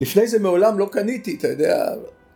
‫לפני זה מעולם לא קניתי, ‫אתה יודע?